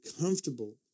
comfortable